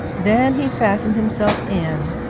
then he fastened himself in,